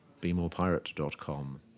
BeMorePirate.com